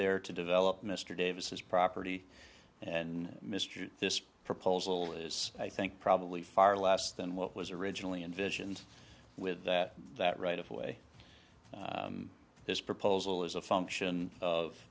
there to develop mr davis property and mr this proposal is i think probably far last than what was originally envisioned with that that right of way this proposal is a function of